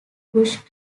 bush